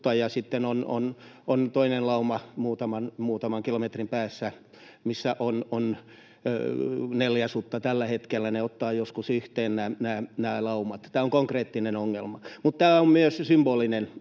sitten on toinen lauma muutaman kilometrin päässä, missä on neljä sutta tällä hetkellä. Nämä laumat ottavat joskus yhteen. Tämä on konkreettinen ongelma, mutta tämä on myös symbolinen